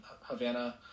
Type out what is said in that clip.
Havana